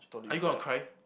are you gonna cry